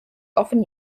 often